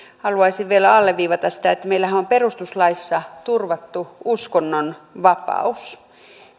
haluaisin vielä alleviivata sitä että meillähän on perustuslaissa turvattu uskonnonvapaus